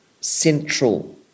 central